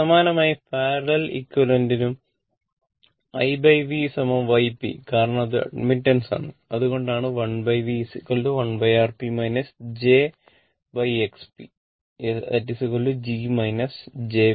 സമാനമായി parallel equivalent നു IVYp കാരണം അത് അഡ്മിറ്റൻസ് ആണ് അതുകൊണ്ടാണ് IV 1Rp j 1Xp g jb